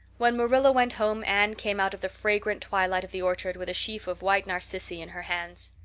when marilla went home anne came out of the fragrant twilight of the orchard with a sheaf of white narcissi in her hands.